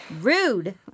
Rude